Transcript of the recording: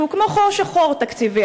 שהוא כמו חור שחור תקציבי,